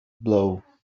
blow